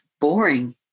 boring